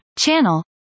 Channel